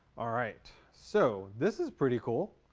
are right so this is pretty cool